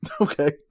Okay